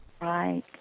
Right